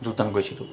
যোগদান কৰিছিলোঁ